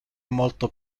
molto